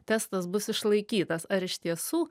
testas bus išlaikytas ar iš tiesų